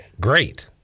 great